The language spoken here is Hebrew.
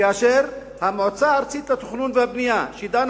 כאשר המועצה הארצית לתכנון ולבנייה שדנה